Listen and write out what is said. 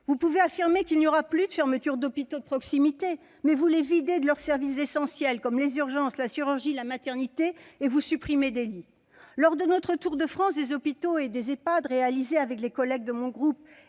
Vous pouvez affirmer qu'il n'y aura plus de fermetures d'hôpitaux de proximité, mais vous les videz de leurs services essentiels, comme les urgences, la chirurgie ou la maternité et vous supprimez des lits. Lors de notre tour de France des hôpitaux et des Ehpad réalisé avec les collègues de mon groupe